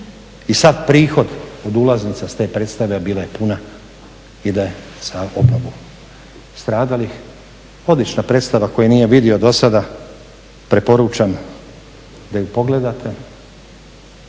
i sav prihod od ulaznica s te predstave, a bila je puna ide za obnovu stradalih. Odlična predstava, tko je nije vidio dosada preporučam da je pogleda,